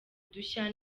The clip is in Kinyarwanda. udushya